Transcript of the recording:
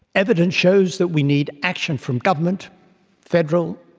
evidence shows that we need action from government federal,